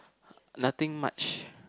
nothing much